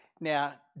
Now